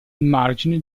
margine